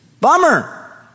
Bummer